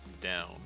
down